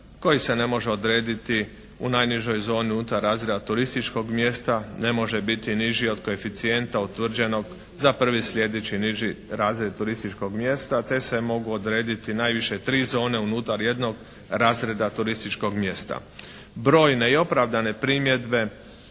koji se ne može odrediti u najnižoj zoni unutar razvoja turističkog mjesta, ne može biti niži od koeficijenta utvrđenog za prvi sljedeći niži razred turističkog mjesta te se mogu odrediti najviše tri zone unutar jednog razreda turističkog mjesta. Brojne i opravdane primjedbe